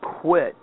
quit